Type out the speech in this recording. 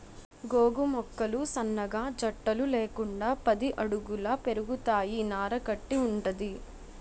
గోగు మొక్కలు సన్నగా జట్టలు లేకుండా పది అడుగుల పెరుగుతాయి నార కట్టి వుంటది